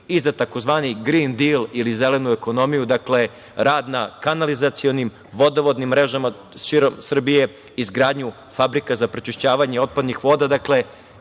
i za tzv. Green Deal ili zelenu ekonomiju, dakle, rad na kanalizacionim, vodovodnim mrežama širom Srbiju, izgradnju fabrika za pročišćavanje otpadnih voda. Dakle,